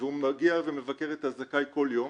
והוא מגיע ומבקר את הזכאי כל יום,